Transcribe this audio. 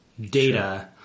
data